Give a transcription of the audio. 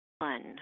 one